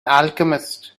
alchemist